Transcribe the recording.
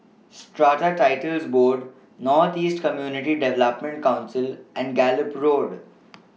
Strata Titles Board North East Community Development Council and Gallop Road